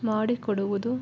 ಮಾಡಿ ಕೊಡುವುದು